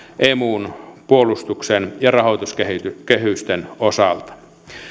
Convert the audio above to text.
emun puolustuksen ja rahoituskehysten osalta